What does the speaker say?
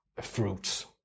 fruits